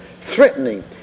threatening